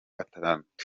atatu